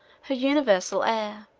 her universal heir.